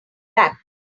back